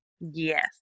yes